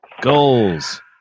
goals